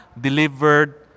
delivered